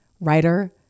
writer